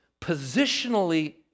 positionally